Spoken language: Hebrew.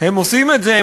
הם עושים את זה,